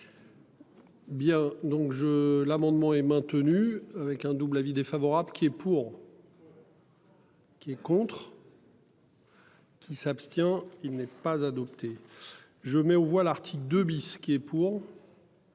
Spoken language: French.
Bien donc je l'amendement est maintenu avec un double avis défavorable qui est pour. Donc. Qui est contre. Qui s'abstient. Il n'est pas adopté, je mets aux voix l'article 2 bis qui est pour.